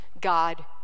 God